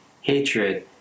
hatred